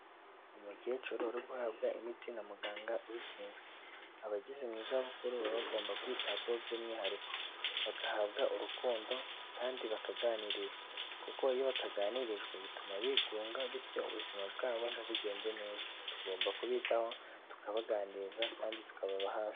umukecuru uri guhabwa imiti na muganga ubishinzwe, abageze mu za bukuru baba bagomba kwitabwaho by'umwihariko, bagahabwa urukundo kandi bakaganirizwa kuko iyo bataganirijwe bituma bigunga bityo ubuzima bwabo ntibugende neza. Tugomba kubitaho tukabaganiriza kandi tukababa hafi.